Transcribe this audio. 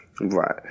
Right